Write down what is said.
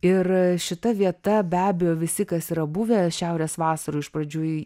ir šita vieta be abejo visi kas yra buvę šiaurės vasaroj iš pradžių į